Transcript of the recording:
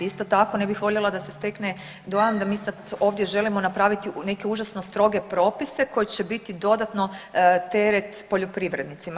Isto tako ne bih voljela da se stekne dojam da mi sad ovdje želimo napraviti neke užasno stroge propise koji će biti dodatno teret poljoprivrednicima.